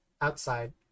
outside